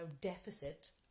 deficit